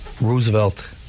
Roosevelt